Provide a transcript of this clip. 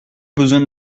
besoin